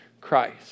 Christ